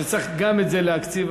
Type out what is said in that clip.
שצריך גם את זה להקציב,